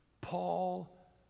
Paul